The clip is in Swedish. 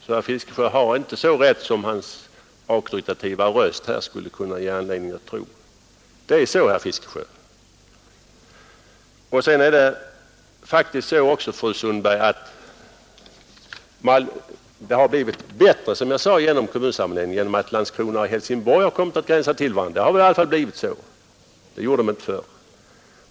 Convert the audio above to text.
Herr Fiskesjö har inte så rätt som hans auktoritativa röst här skulle ge anledning att tro. Vidare är det, fru Sundberg, faktiskt också så att det har blivit bättre genom kommunsammanläggningen därför att Landskrona och Helsingborg kommit att gränsa till varandra. Det gjorde de inte tidigare.